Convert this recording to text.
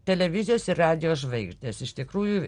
televizijos ir radijo žvaigždės iš tikrųjų